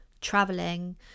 traveling